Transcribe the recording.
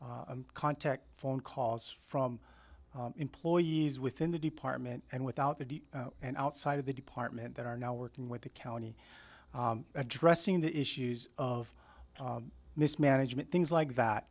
contact phone calls from employees within the department and without that and outside of the department that are now working with the county addressing the issues of mismanagement things like that